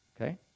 Okay